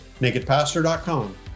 Nakedpastor.com